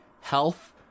health